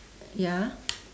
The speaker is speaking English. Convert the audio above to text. ya